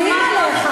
יעדים כלכליים,